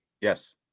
Yes